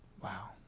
Wow